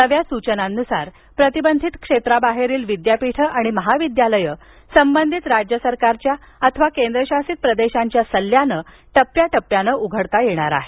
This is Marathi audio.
नव्या सूचनांनुसार प्रतिबंधित क्षेत्राबाहेरील विद्यापीठे आणि महाविद्यालये संबंधित राज्य सरकारच्या अथवा केंद्रशासित प्रदेशांच्या सल्ल्यानं टप्प्या टप्प्यात उघडता येणार आहेत